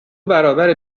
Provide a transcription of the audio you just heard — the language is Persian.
برابر